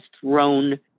thrown